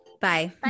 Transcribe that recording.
Bye